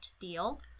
Deal